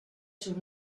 sus